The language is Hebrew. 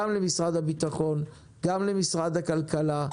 גם למשרד הבטחון גם למשרד הכלכלה,